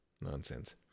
nonsense